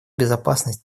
безопасность